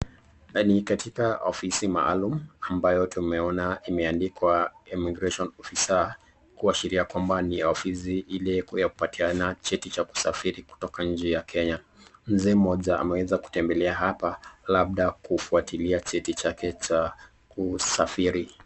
Ni katika ofisi maalum ambayo tumeona imeandikwa immigartion officer kuashiria kwamba ni ofisi iliyeko ya kupatiana cheti cha kusafiri kutoka nje ya Kenya. Mzee mmoja ameweza kutembelea hapa labda kufuatilia cheti chake cha kusafiri.